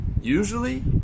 usually